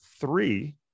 three